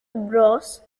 bros